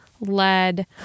lead